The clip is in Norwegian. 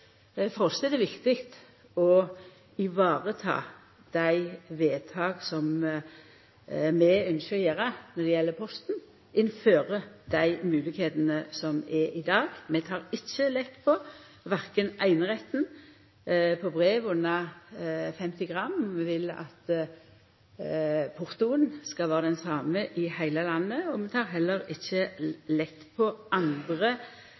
for oss er det viktig å vareta dei vedtaka som vi ynskjer å gjera når det gjeld Posten, innafor dei moglegheitene som er i dag. Vi tek ikkje lett på eineretten på brev under 50 gram, vi vil at portoen skal vera den same i heile landet, og vi tek heller ikkje lett på andre